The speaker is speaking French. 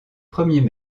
premiers